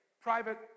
private